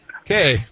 Okay